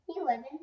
eleven